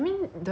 normal